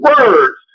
words